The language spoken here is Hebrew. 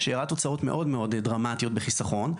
שהראה תוצאות מאוד דרמטיות בחיסכון,